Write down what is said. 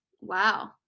Wow